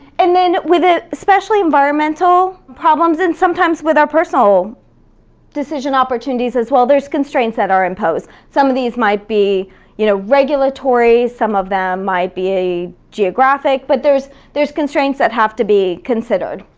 and then with ah especially environmental problems, and sometimes with our personal decision opportunities as well, there's constraints that are imposed. some of these might be you know regulatory, some of them might be geographic, but there's there's constraints that have to be considered.